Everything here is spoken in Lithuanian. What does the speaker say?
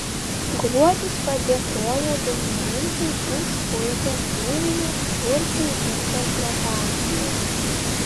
gruodis padėkojo dainininkei už puikią kūrinio burtai interpretaciją